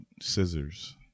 Scissors